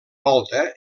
volta